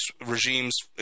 regime's